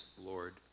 Lord